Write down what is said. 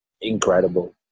incredible